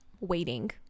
waiting